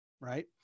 right